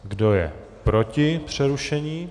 Kdo je proti přerušení?